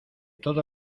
todo